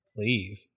Please